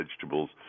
vegetables